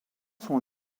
sont